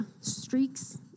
Streaks